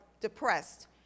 depressed